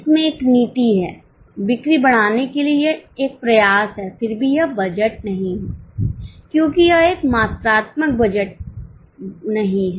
इसमें एक नीति है बिक्री बढ़ाने के लिए एक प्रयास है फिर भी यह बजट नहीं है क्योंकि यह एक मात्रात्मक बयान नहीं है